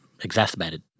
exacerbated